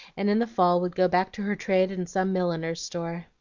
and in the fall would go back to her trade in some milliner's store.